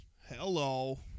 Hello